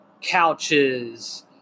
couches